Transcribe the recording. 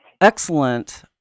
Excellent